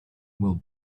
will